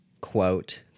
quote